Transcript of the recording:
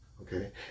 Okay